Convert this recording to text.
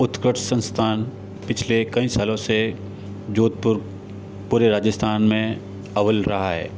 उत्कर्ष संस्थान पिछले कई सालों से जोधपुर पूरे राजस्थान मे अव्वल रहा है